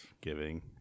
giving